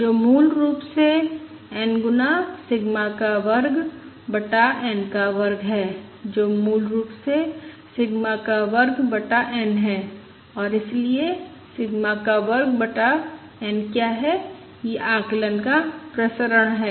जो मूल रूप से N गुना सिग्मा का वर्ग बटा N का वर्ग है जो मूल रूप से सिग्मा का वर्ग बटा N है और इसलिए सिग्मा का वर्ग बटा N क्या है यह आकलन का प्रसरण है